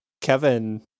Kevin